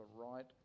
right